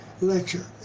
lecture